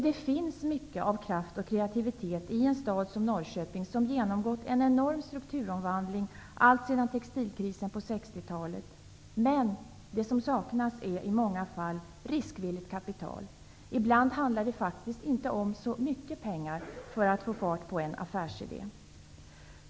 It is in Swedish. Det finns mycket av kraft och kreativitet i en stad som Norrköping, som genomgått en enorm strukturomvandlig alltsedan textilkrisen på 60 talet. Men det som saknas är i många fall riskvilligt kapital. Ibland handlar det faktiskt inte om så mycket pengar för att få fart och förverkliga en affärsidé.